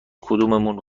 کدوممون